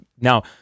Now